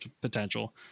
potential